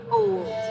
old